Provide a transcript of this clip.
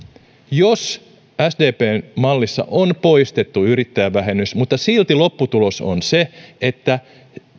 jos sdpn mallissa on poistettu yrittäjävähennys mutta silti lopputulos on se että